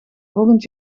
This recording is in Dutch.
volgend